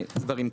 דברים כאלה.